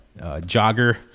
jogger